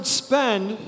spend